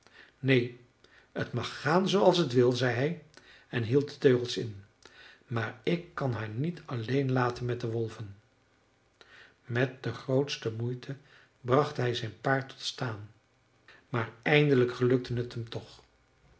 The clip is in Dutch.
neen t mag gaan zooals het wil zei hij en hield de teugels in maar ik kan haar niet alleen laten met de wolven met de grootste moeite bracht hij zijn paard tot staan maar eindelijk gelukte het hem toch